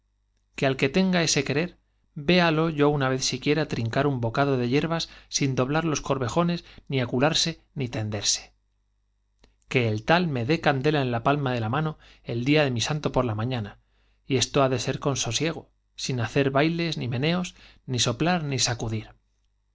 que al que tenga ese querer véalo yo una trincar un bocado de hierba sin doblar vez siquiera los corvejones ni acularse ni tenderse que el tal me dé candela en la palma de la mano el día de mi sin santo por la mañana y esto ha de ser con sosiego hacer ni meneos ni soplar ni sacudir